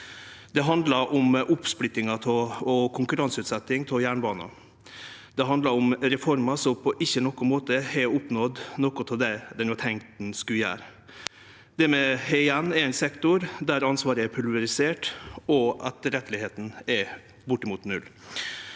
Det handla om oppsplittinga og konkurranseutsetjinga av jernbanen. Det handla om reformer som ikkje på nokon måte har oppnådd noko av det dei var tenkte å skulle gjere. Det vi har att, er ein sektor der ansvaret er pulverisert og pålitelegheita er bortimot null.